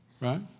right